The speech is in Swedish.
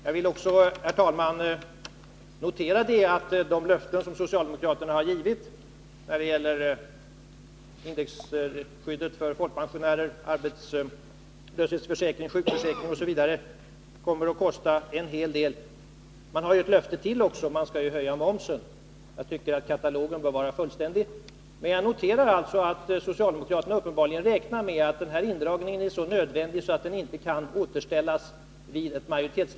Jag vill också, herr talman, notera att de löften som socialdemokraterna avgivit när det gäller indexskyddet för folkpensionen, arbetslöshetsförsäkringen och sjukförsäkringen kommer att kosta en hel del. Man har ju avgivit ytterligare ett löfte: man skall höja momsen — jag tycker att katalogen bör göras fullständig. Jag noterar alltså att socialdemokraterna uppenbarligen anser att den här indragningen är så nödvändig att pengarna inte kan återställas, om socialdemokraterna får majoritet.